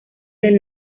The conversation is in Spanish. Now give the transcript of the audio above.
del